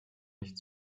nicht